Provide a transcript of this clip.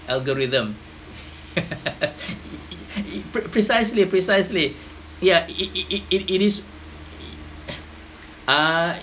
algorithm i~ i~ precisely precisely ya it it it it is i~ ah